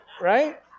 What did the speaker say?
right